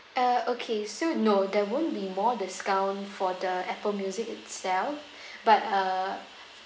ah okay so no there won't be more discount for the Apple music itself but uh